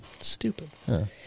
stupid